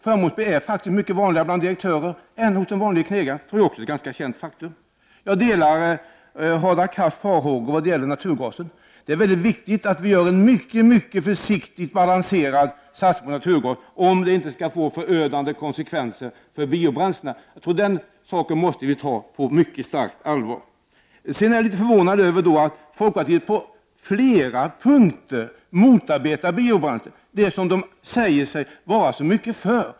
Förmånsbil är mycket vanligare bland direktörer än bland knegare — det är ett känt faktum. Jag delar Hadar Cars farhågor när det gäller naturgasen. Det är viktigt att göra en mycket försiktigt balanserad satsning på naturgas, om den inte skall få förödande konsekvenser för biobränslena. Den saken måste tas på mycket stort allvar. Jag är litet förvånad över att folkpartiet på flera punkter motarbetar biobränsle, som man säger sig vara så mycket för.